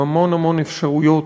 עם המון המון אפשרויות,